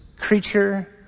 creature